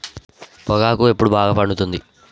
పొగాకు ఎప్పుడు బాగా పండుతుంది?